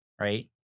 Right